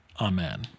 Amen